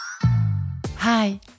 Hi